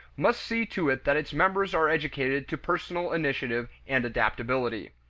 must see to it that its members are educated to personal initiative and adaptability.